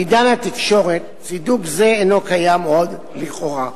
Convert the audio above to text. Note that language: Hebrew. בעידן התקשורת, צידוק זה אינו קיים עוד לכאורה.